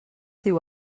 diu